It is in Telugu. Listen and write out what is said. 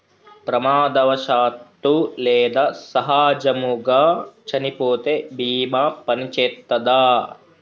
ప్రమాదవశాత్తు లేదా సహజముగా చనిపోతే బీమా పనిచేత్తదా?